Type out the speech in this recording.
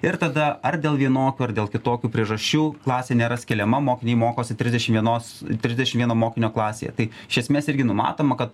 ir tada ar dėl vienokių ar dėl kitokių priežasčių klasė nėra skeliama mokiniai mokosi trisdešimt vienos trisdešimt vieno mokinio klasėje tai iš esmės irgi numatoma kad